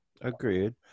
agreed